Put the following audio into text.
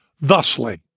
thusly